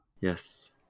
Yes